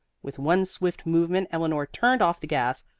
with one swift movement eleanor turned off the gas,